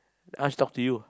uh she talk to you